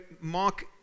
Mark